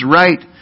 right